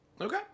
Okay